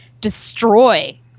destroy